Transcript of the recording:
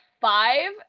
five